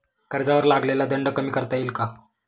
कर्जावर लागलेला दंड कमी करता येईल का?